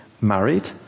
married